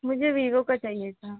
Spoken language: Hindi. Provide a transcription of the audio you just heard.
मुझे वीवो का चाहिए था